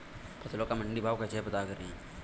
फसलों का मंडी भाव कैसे पता करें?